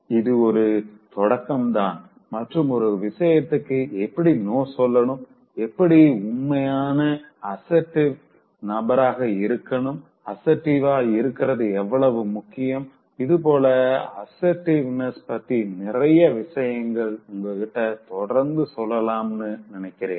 இது ஒரு தொடக்கம்தான் மற்றும் ஒரு விஷயத்துக்கு எப்படி நோ சொல்லணும் எப்படி உண்மையான அசர்ட்டிவ் நபராக இருக்கணும் அசர்ட்டிவா இருக்கிறது எவ்வளவு முக்கியம் இதுபோல அசர்ட்டிவ்னெஸ் பத்தி நிறைய விஷயங்கள் உங்க கிட்ட தொடர்ந்து சொல்லனும்னு நினைக்கிறேன்